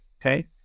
Okay